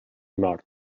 nord